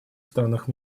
странах